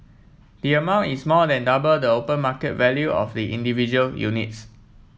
the amount is more than double the open market value of the individual units